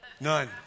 None